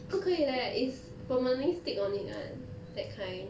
不可以 leh is permanently stick on it [one] that kind